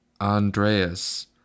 Andreas